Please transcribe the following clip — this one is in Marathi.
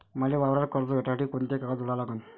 मले वावरावर कर्ज भेटासाठी कोंते कागद जोडा लागन?